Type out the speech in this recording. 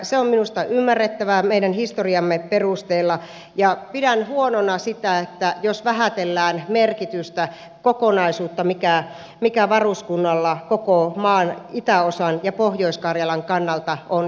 se on minusta ymmärrettävää meidän historiamme perusteella ja pidän huonona sitä jos vähätellään merkitystä kokonaisuutta mikä varuskunnalla koko maan itäosan ja pohjois karjalan kannalta on